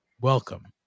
welcome